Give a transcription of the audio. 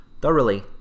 thoroughly